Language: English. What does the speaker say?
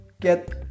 get